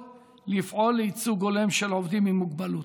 לפעול לייצוג הולם של עובדים עם מוגבלות.